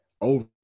over